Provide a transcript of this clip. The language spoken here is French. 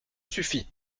suffit